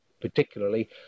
particularly